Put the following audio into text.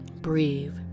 breathe